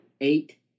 eight